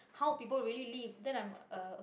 how people really live then i'm uh okay